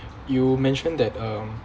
you mentioned that um